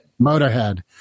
Motorhead